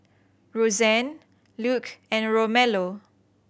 Rozanne Luc and Romello